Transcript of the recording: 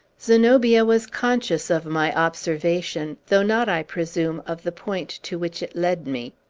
zenobia was conscious of my observation, though not, i presume, of the point to which it led me.